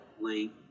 link